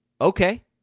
okay